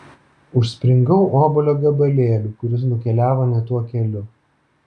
užspringau obuolio gabalėliu kuris nukeliavo ne tuo keliu